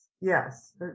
yes